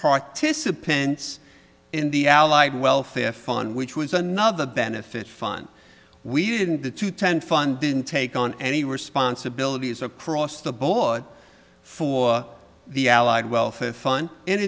participants in the allied welfare fund which was another benefit fun we didn't the two ten fund didn't take on any responsibilities across the board for the allied welfare fund in